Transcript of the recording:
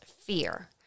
fear